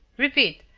repeat,